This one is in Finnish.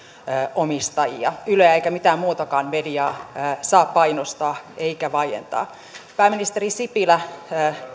omistajia yleä eikä mitään muutakaan mediaa saa painostaa eikä vaientaa pääministeri sipilä